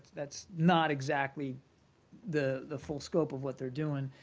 that's not exactly the the full scope of what they're doing.